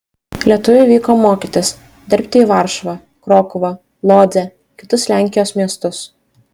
lietuviai vyko mokytis dirbti į varšuvą krokuvą lodzę kitus lenkijos miestus